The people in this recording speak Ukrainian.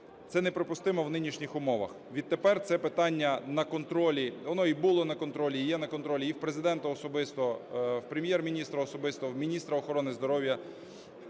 Це неприпустимо в нинішніх умовах. Відтепер це питання на контролі. Воно і було на контролі, і є на контролі і в Президента особисто, Прем'єр-міністра особисто, в міністра охорони здоров'я